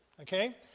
okay